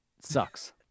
sucks